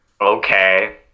Okay